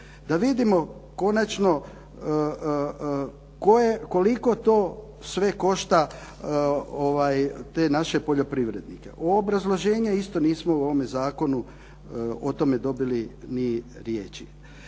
da vidimo konačno koje, koliko to sve košta te naše poljoprivrednike. Obrazloženje isto nismo u ovome zakonu o tome dobili ni riječi.